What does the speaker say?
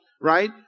right